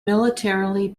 militarily